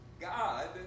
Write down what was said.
God